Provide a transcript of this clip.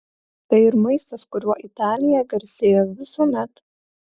tai ir maistas kuriuo italija garsėjo visuomet